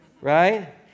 right